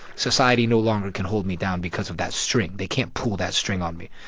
society no longer can hold me down because of that string. they can't pull that string on me.